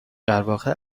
درواقع